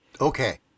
Okay